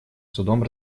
судом